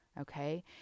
Okay